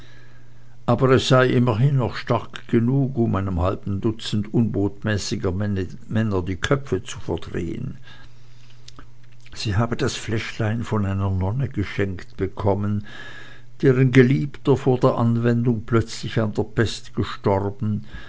aber es sei immerhin noch stark genug um einem halben dutzend unbotmäßiger männer die köpfe zu verdrehen sie habe das fläschlein von einer nonne geschenkt bekommen deren geliebter vor der anwendung plötzlich an der pest gestorben